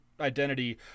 identity